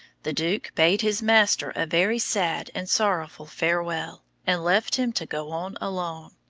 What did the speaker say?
the duke bade his master a very sad and sorrowful farewell, and left him to go on alone.